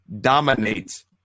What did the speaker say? dominates